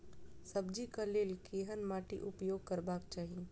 सब्जी कऽ लेल केहन माटि उपयोग करबाक चाहि?